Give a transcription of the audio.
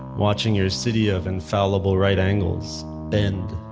watching your city of infallible right angles bend.